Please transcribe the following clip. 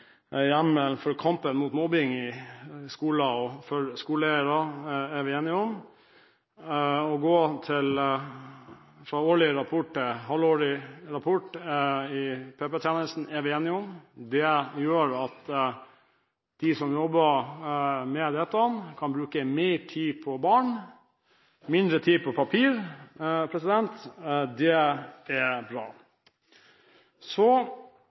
hjemmelen om kampen mot mobbing av skoleelever i skolen. Å gå fra halvårlig rapport til én årlig rapport i PP-tjenesten er vi enige om. Det gjør at de som jobber med dette, kan bruke mer tid på barn og mindre tid på papir – det er bra. Så